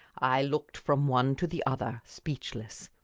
i looked from one to the other, speechless.